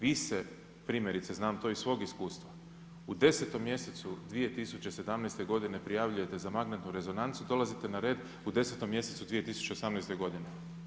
Vi se, primjerice, znam to iz svog iskustva u 10 mjesecu 2017. godine prijavljujete za magnetnu rezonancu, dolazite na red u 10. mjesecu 2018. godine.